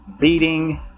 beating